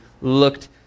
looked